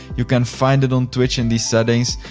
you can find it on twitch in the settings.